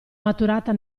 maturata